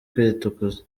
kwitukuza